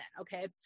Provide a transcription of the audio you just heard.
okay